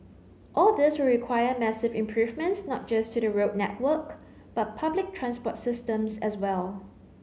all this will require massive improvements not just to the road network but public transport systems as well